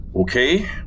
Okay